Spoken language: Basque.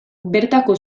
bertako